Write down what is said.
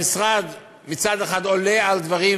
המשרד, מצד אחד, עולה על דברים,